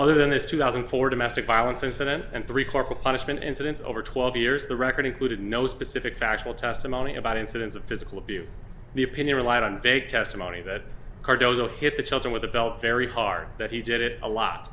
other than this two thousand for domestic violence incident and three corporal punishment incidents over twelve years the record included no specific factual testimony about incidents of physical abuse the opinion relied on vague testimony that cardoza hit the children with a belt very hard that he did it a lot